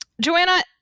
Joanna